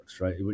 Right